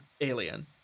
alien